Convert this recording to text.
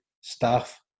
staff